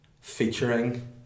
featuring